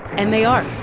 and they are.